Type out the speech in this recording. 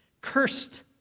Cursed